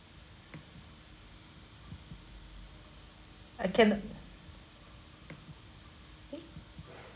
I cannot eh